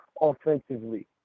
offensively